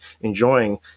enjoying